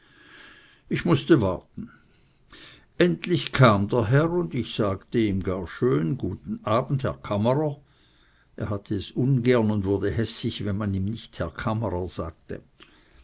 ich mußte warten endlich kam der herr und ich sagte ihm gar schön guten abend herr kammerer er hatte es ungern und wurde hässig wenn man ihm nicht herr kammerer sagte